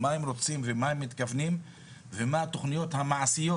מה הם רוצים ומה הם מתכוונים ומה התוכניות המעשיות